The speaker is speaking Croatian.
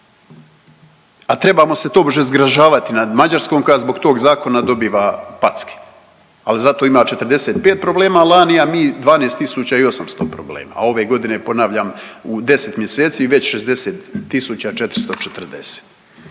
a trebamo se tobože zgražavati nad Mađarskom koja zbog tog zakona dobiva packe, al zato ima 45 problema lani, a mi 12.800 problema, a ove godine ponavljam u 10 mjeseci već 60.440.